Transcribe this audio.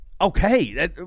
Okay